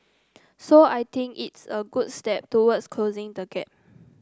so I think it's a good step towards closing the gap